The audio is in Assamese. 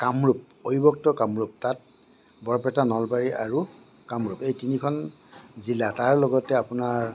কামৰূপ অবিভক্ত কামৰূপ তাত বৰপেটা নলবাৰী আৰু কামৰূপ এই তিনিখন জিলা তাৰ লগতে আপোনাৰ